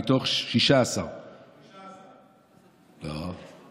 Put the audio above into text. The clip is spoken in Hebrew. מתוך 16. לא,